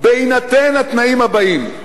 בהינתן התנאים הבאים,